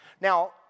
Now